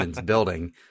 building